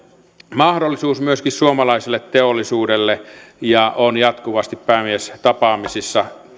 mahdollisuus myöskin suomalaiselle teollisuudelle ja on jatkuvasti päämiestapaamisissa